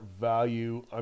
value